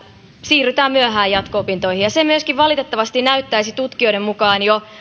siirrytään myöhään jatko opintoihin ja se valitettavasti näyttäisi tutkijoiden mukaan jo